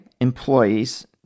employees